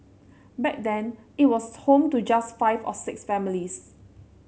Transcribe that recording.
back then it was home to just five or six families